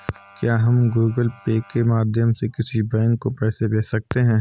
क्या हम Google Pay के माध्यम से किसी बैंक को पैसे भेज सकते हैं?